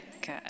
Good